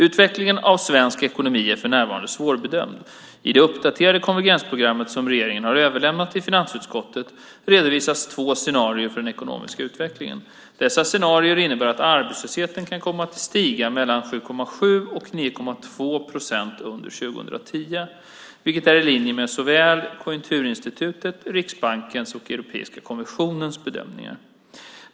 Utvecklingen av svensk ekonomi är för närvarande svårbedömd. I det uppdaterade konvergensprogrammet som regeringen har överlämnat till finansutskottet redovisas två scenarier för den ekonomiska utvecklingen. Dessa scenarier innebär att arbetslösheten kan komma att stiga till mellan 7,7 och 9,2 procent under 2010, vilket är i linje med såväl Konjunkturinstitutets, Riksbankens och Europeiska kommissionens bedömningar.